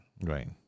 Right